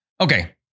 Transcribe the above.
Okay